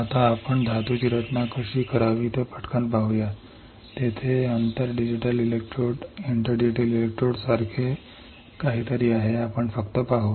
आता आपण धातूची रचना कशी करावी हे पटकन पाहूया इंटर डिजिटल इलेक्ट्रोड सारखे काहीतरी आहे आपण फक्त पाहू